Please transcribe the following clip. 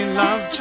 love